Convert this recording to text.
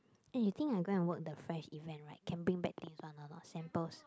eh you think I go and work the fresh event right can bring back things [one] or not samples